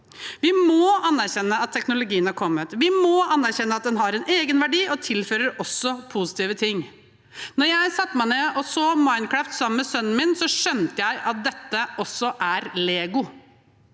Vi må anerkjenne at teknologien har kommet. Vi må anerkjenne at den har en egenverdi og også tilfører positive ting. Da jeg satte meg ned og så på Minecraft sammen med sønnen min, skjønte jeg at dette også er